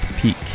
peak